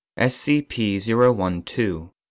SCP-012